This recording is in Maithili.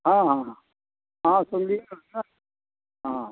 हँ हँ हँ हँ सुनलियै सबटा हँ